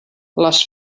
les